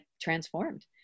transformed